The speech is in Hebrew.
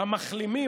המחלימים,